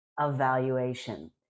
evaluation